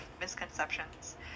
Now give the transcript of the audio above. misconceptions